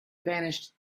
vanished